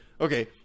okay